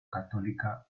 católica